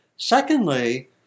Secondly